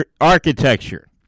architecture